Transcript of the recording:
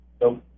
No